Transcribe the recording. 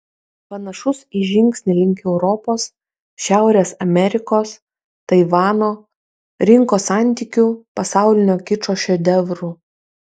panašus į žingsnį link europos šiaurės amerikos taivano rinkos santykių pasaulinio kičo šedevrų